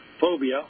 phobia